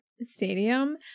stadium